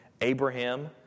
abraham